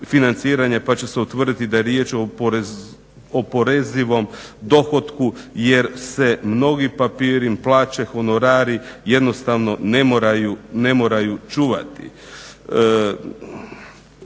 pa će se utvrditi da je riječ o oporezivom dohotku jer se mnogi papiri, plaće, honorari jednostavno ne moraju čuvati.